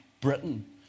Britain